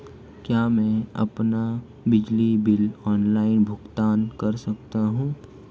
क्या मैं अपना बिजली बिल ऑनलाइन भुगतान कर सकता हूँ?